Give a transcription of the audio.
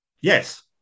Yes